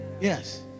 yes